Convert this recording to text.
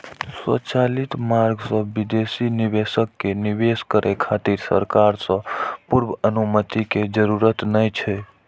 स्वचालित मार्ग सं विदेशी निवेशक कें निवेश करै खातिर सरकार सं पूर्व अनुमति के जरूरत नै छै